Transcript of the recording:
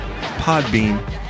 Podbean